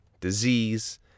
disease